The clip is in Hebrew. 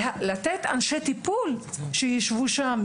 לתת אנשי טיפול שישבו שם,